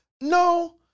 no